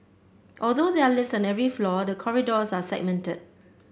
although there are lifts on every floor the corridors are segmented